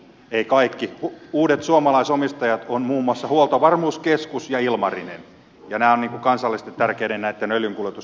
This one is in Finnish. eivät kaikki uudet suomalaisomistajat ovat muun muassa huoltovarmuuskeskus ja ilmarinen ja nämä ovat näitten kansallisesti tärkeiden öljynkuljetusalustojen omistajia